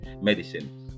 medicine